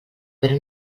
però